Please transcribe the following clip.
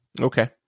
Okay